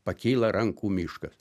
pakyla rankų miškas